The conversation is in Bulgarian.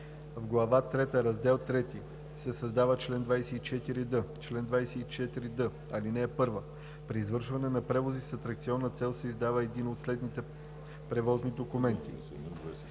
В глава трета, раздел III се създава чл. 24д: „Чл. 24д. (1) При извършване на превози с атракционна цел се издава един от следните превозни документи: